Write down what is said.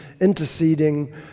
interceding